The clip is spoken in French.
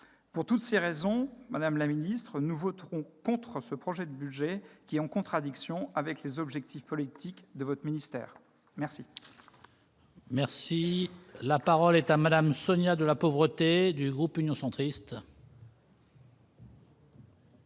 Pour toutes ces raisons, madame la ministre, nous voterons contre ce projet de budget, qui est en contradiction avec les objectifs politiques de votre ministère. La parole est à Mme Sonia de la Provôté. Monsieur le